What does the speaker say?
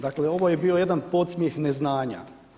Dakle ovo je bio jedan podsmjeh neznanja.